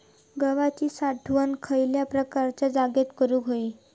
गव्हाची साठवण खयल्या प्रकारच्या जागेत करू होई?